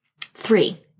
Three